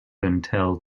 until